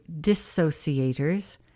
dissociators